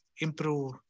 improve